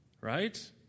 right